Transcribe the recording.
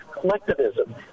collectivism